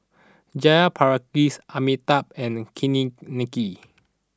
Jayaprakash Amitabh and Makineni